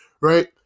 Right